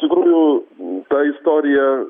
iš tikrųjų ta istorija